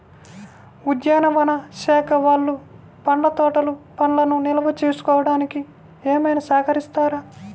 ఉద్యానవన శాఖ వాళ్ళు పండ్ల తోటలు పండ్లను నిల్వ చేసుకోవడానికి ఏమైనా సహకరిస్తారా?